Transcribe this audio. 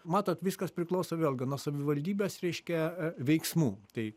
matot viskas priklauso vėlgi nuo savivaldybės reiškia e veiksmų tai